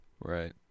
Right